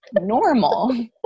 normal